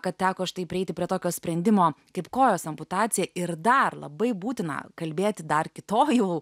kad teko štai prieiti prie tokio sprendimo kaip kojos amputacija ir dar labai būtina kalbėti dar kitoj jau